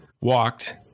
walked